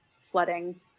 flooding